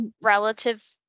relative